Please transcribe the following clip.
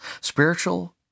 Spiritual